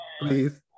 please